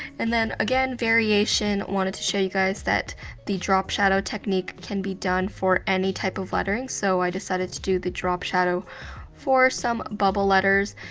and then, again, variation, wanted to show you guys that the drop shadow technique can be done for any type of lettering. so, i decided to do the drop shadow for some bubble letters,